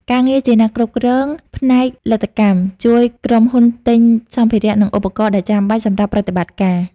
ការងារជាអ្នកគ្រប់គ្រងផ្នែកលទ្ធកម្ម ជួយក្រុមហ៊ុនទិញសម្ភារៈ និងឧបករណ៍ដែលចាំបាច់សម្រាប់ប្រតិបត្តិការ។